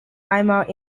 einmal